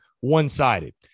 one-sided